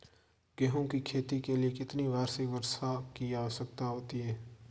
गेहूँ की खेती के लिए कितनी वार्षिक वर्षा की आवश्यकता होती है?